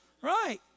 Right